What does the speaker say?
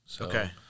Okay